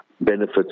benefits